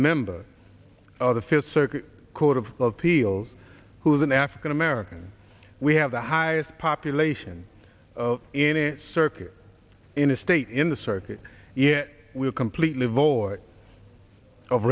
member of the fifth circuit court of appeals who is an african american we have the highest population in a circuit in a state in the circuit yet we are completely void of